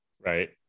Right